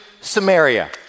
Samaria